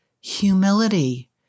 humility